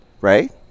right